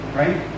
right